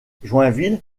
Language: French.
joinville